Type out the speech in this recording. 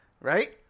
right